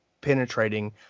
penetrating